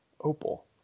Opal